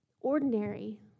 Ordinary